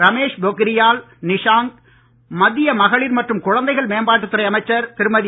ரமேஷ் பொக்ரியால் நிஷாங்க் மத்திய மகளிர் மற்றும் குழந்தைகள் மேம்பாட்டுத் துறை அமைச்சர் திருமதி